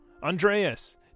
Andreas